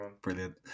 brilliant